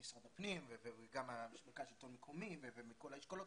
משרד הפנים וגם מרכז השלטון המקומי ומכל האשכולות,